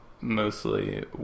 mostly